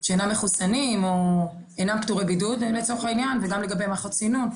מחוסנים או אינם פטורי בידוד לצורך העניין וגם לגבי מערכות סינון,